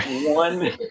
One